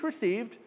received